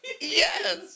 Yes